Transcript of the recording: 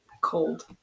cold